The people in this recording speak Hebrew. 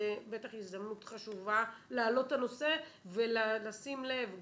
זו בטח הזדמנות חשובה להעלות את הנושא ולשים לב,